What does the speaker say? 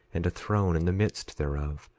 and a throne in the midst thereof,